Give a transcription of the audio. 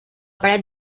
paret